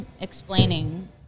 explaining